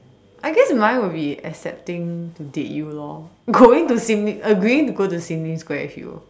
I guess mine will be accepting to date you lor going to Sim-Lim agreeing to go to Sim-Lim Square with you